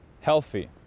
healthy